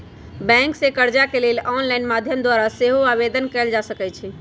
bank से कर्जा के लेल ऑनलाइन माध्यम द्वारा सेहो आवेदन कएल जा सकइ छइ